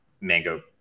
Mango